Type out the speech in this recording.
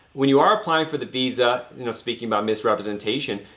when you are applying for the visa, you know speaking about misrepresentation,